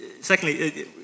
Secondly